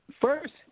First